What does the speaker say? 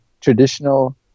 traditional